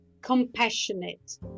compassionate